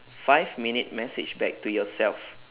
five minute message back to yourself